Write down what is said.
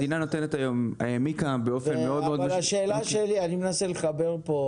אני מנסה לחבר פה